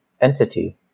entity